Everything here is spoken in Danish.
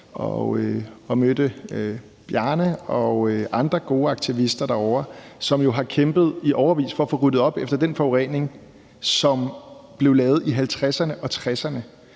og mødte Bjarne og andre gode aktivister derovre, som jo har kæmpet i årevis for at få ryddet op efter den forurening, som blev lavet i 1950'erne og 1960'erne,